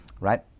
right